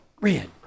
red